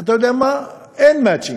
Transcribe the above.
אתה יודע מה, אין מצ'ינג: